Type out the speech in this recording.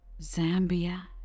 Zambia